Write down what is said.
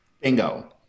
Bingo